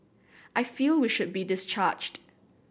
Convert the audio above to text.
I feel we should be discharged